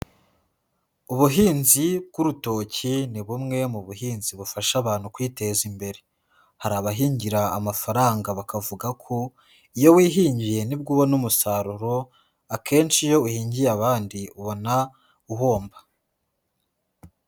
Ubuhinzi bw'urutoki ni bumwe mu buhinzi bufasha abantu kwiteza imbere. Hari abahingira amafaranga bakavuga ko iyo wihingiye ni bwo ubona umusaruro, akenshi iyo uhingiye abandi ubona uhomba.